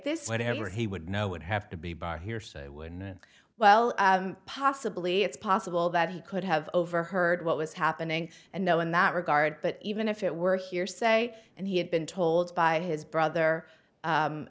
this whatever he would know would have to be by hearsay when well possibly it's possible that he could have overheard what was happening and know in that regard but even if it were hearsay and he had been told by his brother